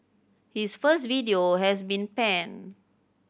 his first video has been panned